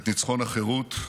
את ניצחון החירות,